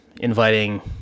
inviting